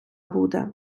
буде